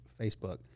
Facebook